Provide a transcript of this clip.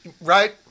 right